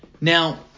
Now